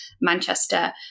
Manchester